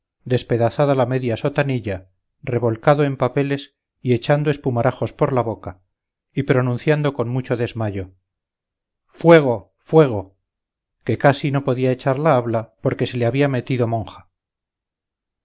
despedazada la media sotanilla revolcado en papeles y echando espumarajos por la boca y pronunciando con mucho desmayo fuego fuego que casi no podía echar la habla porque se le había metido monja